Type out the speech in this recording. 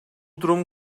durum